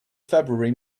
february